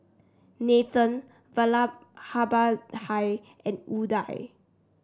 Nathan Vallabhbhai and Udai